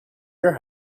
your